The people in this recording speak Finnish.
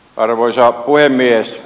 arvoisa puhemies